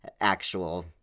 Actual